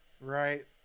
right